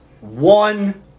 One